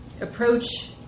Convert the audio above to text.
approach